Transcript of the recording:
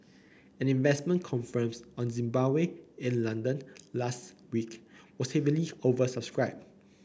an investment conference on Zimbabwe in London last week was heavily oversubscribed